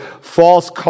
false